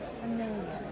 familiar